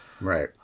Right